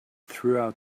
throughout